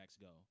go